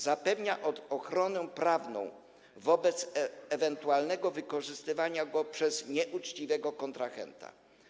Zapewnia on ochronę prawną wobec ewentualnego wykorzystywania go przez nieuczciwego kontrahenta.